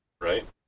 right